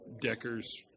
Decker's